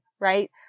right